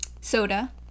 Soda